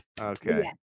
Okay